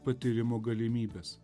patyrimo galimybes